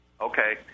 Okay